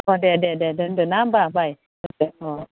अ दे दे दे दोन्दो ना होमब्ला बाय दोन्दो अ